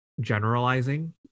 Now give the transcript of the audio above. generalizing